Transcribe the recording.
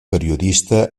periodista